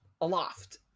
aloft